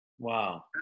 Wow